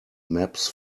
maps